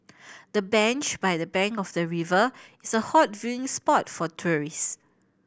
the bench by the bank of the river is a hot viewing spot for tourists